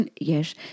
Yes